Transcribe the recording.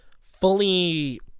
fully